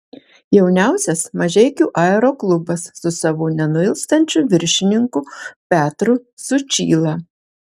jauniausias mažeikių aeroklubas su savo nenuilstančiu viršininku petru sučyla